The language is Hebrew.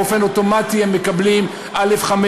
באופן אוטומטי הם מקבלים א/5.